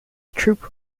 troop